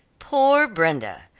poor brenda!